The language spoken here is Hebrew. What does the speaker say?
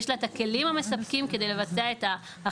יש לה את הכלים המספקים כדי לבצע את האכיפה,